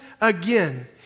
again